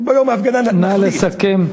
ביום ההפגנה נחליט, נא לסכם.